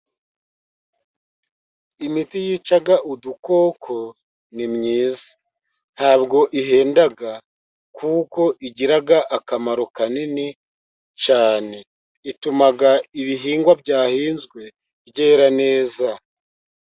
Imiti yica udukoko ni myiza, ntabwo ihenda, kuko igira akamaro kanini cyane, ituma ibihingwa byahinzwe byera neza.